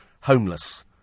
homeless